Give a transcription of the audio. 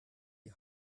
die